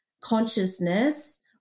consciousness